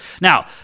Now